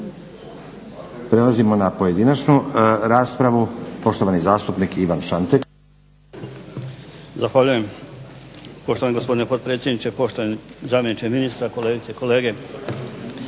Prelazimo na pojedinačnu raspravu. Poštovani zastupnik Ivan Šantek. **Šantek, Ivan (HDZ)** Zahvaljujem poštovani gospodine potpredsjedniče, poštovani zamjeniče ministra, kolegice i kolege.